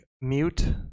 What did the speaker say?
mute